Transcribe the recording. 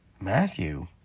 Matthew